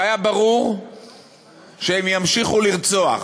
שהיה ברור שהם ימשיכו לרצוח,